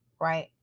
Right